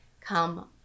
come